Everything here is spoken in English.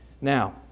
Now